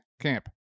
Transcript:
camp